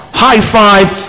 high-five